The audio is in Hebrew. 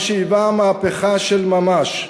מה שהיווה מהפכה של ממש.